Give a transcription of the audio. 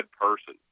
person